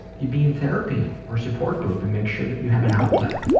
you be in therapy, or support group and make sure that you have an outlet.